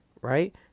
Right